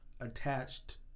attached